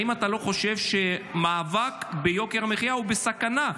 האם אתה לא חושב שהמאבק ביוקר המחיה הוא בסכנה?